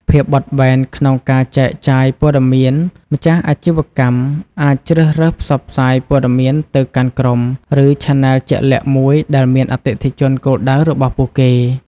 ភាពបត់បែនក្នុងការចែកចាយព័ត៌មាន ម្ចាស់អាជីវកម្មអាចជ្រើសរើសផ្សព្វផ្សាយព័ត៌មានទៅកាន់ក្រុម ឬឆានែលជាក់លាក់មួយដែលមានអតិថិជនគោលដៅរបស់ពួកគេ។